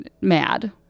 mad